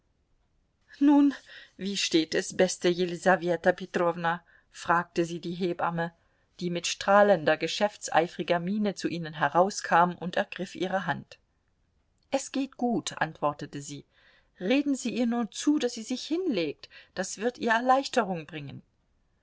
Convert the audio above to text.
nun wie steht es beste jelisaweta petrowna fragte sie die hebamme die mit strahlender geschäftseifriger miene zu ihnen herauskam und ergriff ihre hand es geht gut antwortete sie reden sie ihr nur zu daß sie sich hinlegt das wird ihr erleichterung bringen